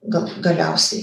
gal galiausiai